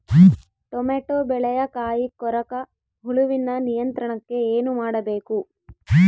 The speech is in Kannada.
ಟೊಮೆಟೊ ಬೆಳೆಯ ಕಾಯಿ ಕೊರಕ ಹುಳುವಿನ ನಿಯಂತ್ರಣಕ್ಕೆ ಏನು ಮಾಡಬೇಕು?